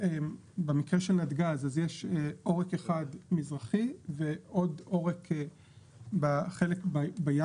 במקרה של נתג"ז יש עורק אחד מזרחי ועוד עורק בים,